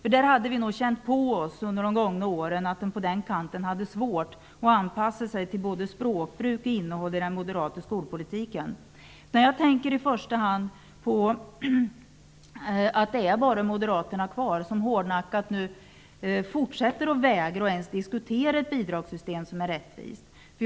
Vi har nog känt på oss att Centern under de gångna åren haft det svårt att anpassa sig till både språkbruk och innehåll i den moderata skolpolitiken. Nej, jag tänker i första hand på att det nu bara är moderaterna kvar som hårdnackat fortsätter att vägra att ens diskutera ett rättvist bidragssystem.